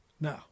no